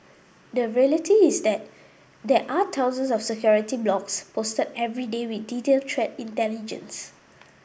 the reality is that there are thousands of security blogs posted every day with detailed threat intelligence